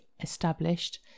established